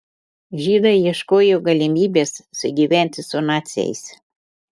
žydai ieškojo galimybės sugyventi su naciais